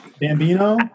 Bambino